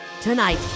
Tonight